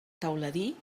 teuladí